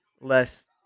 less